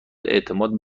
اعتماد